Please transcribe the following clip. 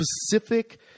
specific